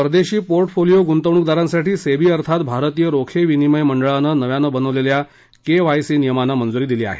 परदेशी पोर्टफोलियो गूंतवणूकदारांसाठी सेबी अर्थात भारतीय रोखे विनिमय मंडळानं नव्यानं बनवलेल्या के वाय सी नियमांना मंजुरी दिली आहे